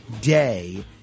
day